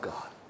God